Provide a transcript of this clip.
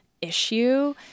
issue